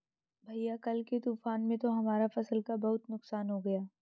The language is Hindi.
भैया कल के तूफान में तो हमारा फसल का बहुत नुकसान हो गया